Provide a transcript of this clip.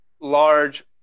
large